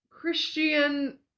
Christian